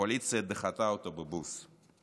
הקואליציה דחתה אותו בבוז.